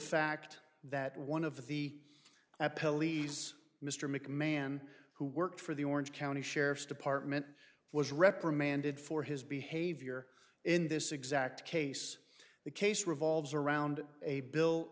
fact that one of the a police mr mcmahon who worked for the orange county sheriff's department was reprimanded for his behavior in this exact case the case revolves around a bill